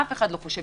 אף אחד לא חושב